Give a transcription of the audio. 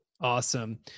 Awesome